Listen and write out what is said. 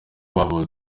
bavutse